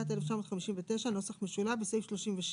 התשי"ט-1959 (נוסח משולב), בסעיף 36